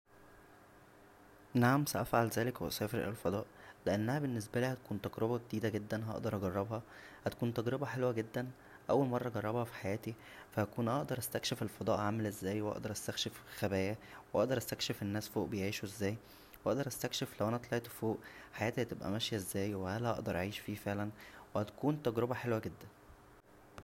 نعم سافعل ذلك و اسافر الى الفضاء لانها بالنسبالى هتكون تجربه جديده جدا هقدر اجربها هتكون تجربه حلوه جدا اول مره اجربها فحياتى فا هكون هقدر استكشف الفضاء عامل ازاى واقدر استكشف خباياه و اقدر استكشف الناس فوق بيعيشو ازاى واقدر استكشف لو انا طلعت فوق حياتى هتبقى ماشيه ازاى و هل هقر اعيش فيه فعلا وهتكون تجربه حلوه جدا